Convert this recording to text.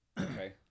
Okay